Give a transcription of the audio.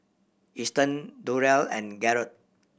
Easton Durrell and Garrett